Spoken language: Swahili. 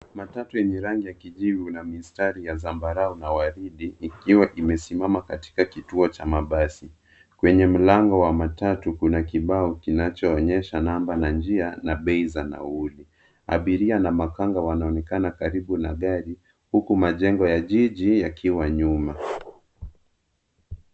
Matatu yenye rangi ya kijivu na mistari ya zambarau na waridi ikiwa imesimama katika kituo cha mabasi. Kwenye mlango wa matatu kuna kibao kinachoonyesha namba na njia, na bei za nauli. Abiria na makanga wanaonekana karibu na gari huku majengo ya jiji yakionekana nyuma.